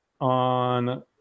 on